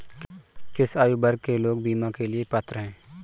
किस आयु वर्ग के लोग बीमा के लिए पात्र हैं?